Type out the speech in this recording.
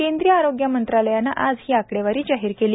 केंद्रीय आरोग्य मंत्रालयाने आज ही आकडेवारी जाहीर केली